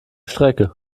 strecke